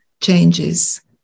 changes